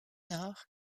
nord